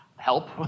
Help